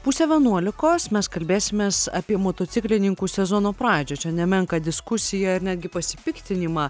pusę vienuolikos mes kalbėsimės apie motociklininkų sezono pradžią čia nemenką diskusiją ar netgi pasipiktinimą